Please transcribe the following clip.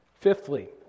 Fifthly